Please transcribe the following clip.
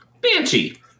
Banshee